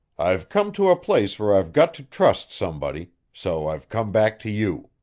i've come to a place where i've got to trust somebody, so i've come back to you.